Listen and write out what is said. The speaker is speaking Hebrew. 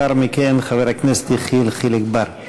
חבר הכנסת יחיאל חיליק בר.